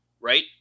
right